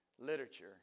literature